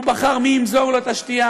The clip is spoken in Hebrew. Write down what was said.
הוא בחר מי ימזוג לו את השתייה,